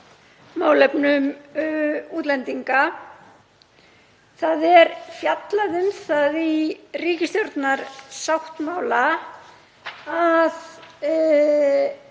málefnum útlendinga. Það er fjallað um það í ríkisstjórnarsáttmála að